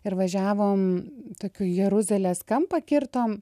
ir važiavome tokį jeruzalės kampą kirtom